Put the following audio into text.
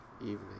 evening